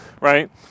right